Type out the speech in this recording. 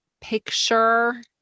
picture